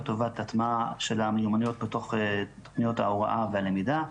לטובת הטמעה של המיומנויות בתוך תוכניות ההוראה והלמידה,